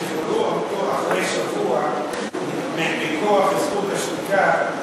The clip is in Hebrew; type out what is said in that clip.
ושיחררו אותו אחרי שבוע מכוח זכות השתיקה,